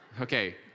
okay